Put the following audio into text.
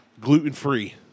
Gluten-free